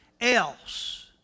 else